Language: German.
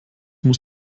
muss